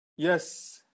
Yes